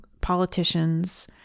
politicians